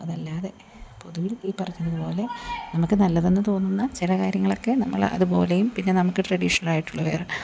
അതല്ലാതെ പൊതുവിൽ ഈ പറഞ്ഞതു പോലെ നമുക്ക് നല്ലത് എന്ന് തോന്നുന്ന ചില കാര്യങ്ങളൊക്കെ നമ്മൾ അതുപോലെയും പിന്നെ നമുക്ക് ട്രഡീഷണലായിട്ടുള്ള വേറെ